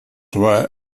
were